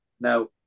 Now